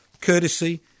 Courtesy